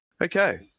Okay